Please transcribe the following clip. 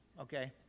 Okay